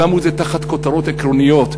שמו את זה תחת כותרות עקרוניות,